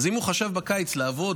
אז אם הוא חשב בקיץ לעבוד,